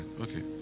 Okay